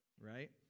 right